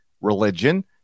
religion